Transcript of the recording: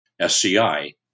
SCI